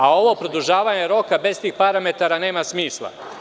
A ovo produžavanje roka bez tih parametara nema smisla.